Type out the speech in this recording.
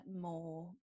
more